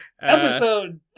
Episode